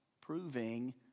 proving